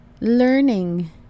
learning